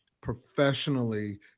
professionally